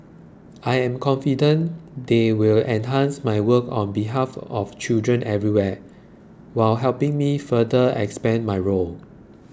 I am confident they will enhance my work on behalf of children everywhere while helping me further expand my role